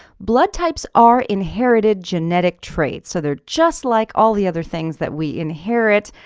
blood types are inherited genetic traits so they're just like all the other things that we inherit,